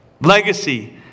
Legacy